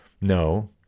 No